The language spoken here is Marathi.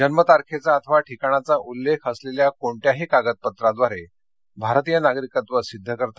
जन्मतारखेचा अथवा ठिकाणाचा उल्लेख असलेल्या कोणत्याही कागदपत्राद्वारे भारतीय नागरिकत्व सिद्ध करता